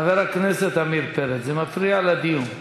חבר הכנסת עמיר פרץ, זה מפריע לדיון.